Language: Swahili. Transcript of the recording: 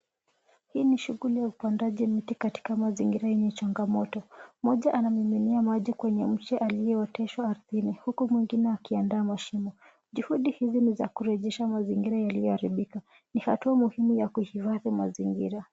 Hii ni shughuli ya upandaji miti katika mazingira yenye changamoto. Mmoja anamiminia maji kwenye mche aliootesha ardhini huku mwingine akiandaa mashimo. Juhudi hizi ni za kurujesha mazingira yaliyoharibika. Ni hatua muhimu ya kuhifadhi mazingira.